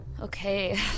Okay